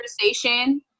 conversation